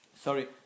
Sorry